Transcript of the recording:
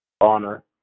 honor